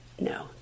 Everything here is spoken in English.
No